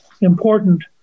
important